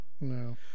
No